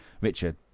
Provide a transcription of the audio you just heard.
Richard